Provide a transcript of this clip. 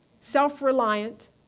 Self-reliant